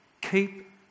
Keep